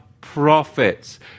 Prophets